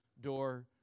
door